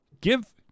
give